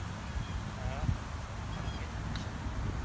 ᱦᱮᱸ ᱜᱟᱱᱚᱜ ᱜᱮᱭᱟ